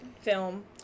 film